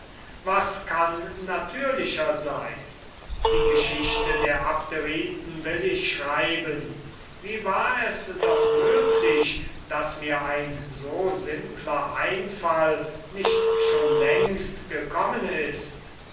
was kann natürlicher sein die geschichte der abderiten will ich schreiben wie war es doch möglich daß mir ein so natürlicher einfall nicht schon längst gekommen ist